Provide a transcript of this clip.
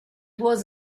was